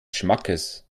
schmackes